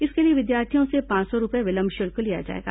इसके लिए विद्यार्थियों से पांच सौ रूपये विलंब शुल्क लिया जाएगा